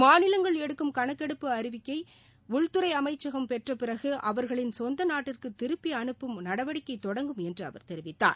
மாநிலங்கள் எடுக்கும் கணக்கெடுப்பு அறிக்கையை உள்துறை அமைச்சகம் பெற்ற பிறகு அவர்களின் சொந்த நாட்டிற்கு திருப்பி அனுப்பும் நடவடிக்கை தொடங்கும் என்று அவர் தெரிவித்தார்